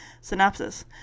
synopsis